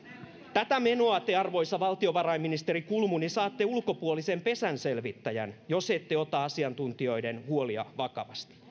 tätä menoa te arvoisa valtiovarainministeri kulmuni saatte ulkopuolisen pesänselvittäjän jos ette ota asiantuntijoiden huolia vakavasti